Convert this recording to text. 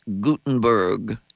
Gutenberg